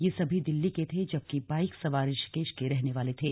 ये सभी दिल्ली के थे जबकि बाइक सवार ऋषिकेश के रहने वाले थे